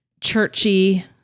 churchy